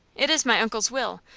it is my uncle's will.